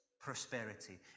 prosperity